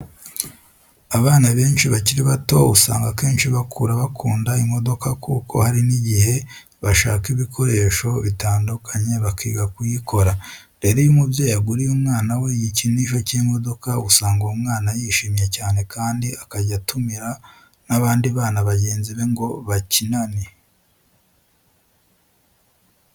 Abana benshi bakiri bato usanga akenshi bakura bakunda imodoka kuko hari n'igihe bashaka ibikoresho bitandukanye bakiga kuyikora. Rero iyo umubyeyi aguriye umwana we igikinisho cy'imodoka, usanga uwo mwana yishimye cyane kandi akajya atumira n'abandi bana bagenzi be ngo bakinane.